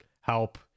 help